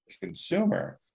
consumer